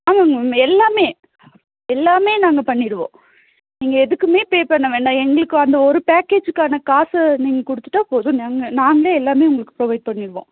ஆமாம்ங்க மேம் எல்லாமே எல்லாமே நாங்கள் பண்ணிவிடுவோம் நீங்கள் எதுக்குமே பே பண்ண வேண்டாம் எங்களுக்கு அந்த ஒரு பேக்கேஜூக்கான காசு நீங்கள் கொடுத்துட்டா போதும் நாங்கள் நாங்களே எல்லாமே உங்களுக்கு ப்ரொவைட் பண்ணிவிடுவோம்